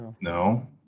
no